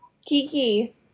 Kiki